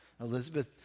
Elizabeth